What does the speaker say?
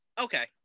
Okay